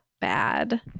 bad